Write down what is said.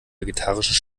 vegetarischen